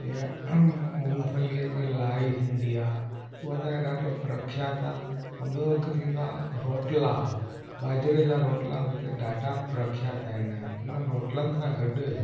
या मूंगफलीअ जी लाई थींदी आहे उहा हितां जो ॾाढो प्रख्यात आहे ऐं ॿियो हिकु थींदो आहे रोटला ॿाजरे जा रोटला बि हिते ॾाढा प्रख्यात आहिनि हिननि रोटलनि सां गॾु